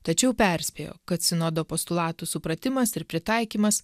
tačiau perspėjo kad sinodo postulatų supratimas ir pritaikymas